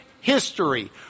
history